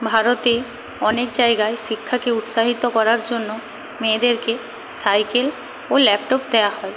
ভারতে অনেক জায়গায় শিক্ষাকে উৎসাহিত করার জন্য মেয়েদেরকে সাইকেল ও ল্যাপটপ দেওয়া হয়